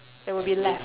there will be less